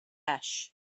cash